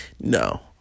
No